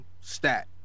stat